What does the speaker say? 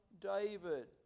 David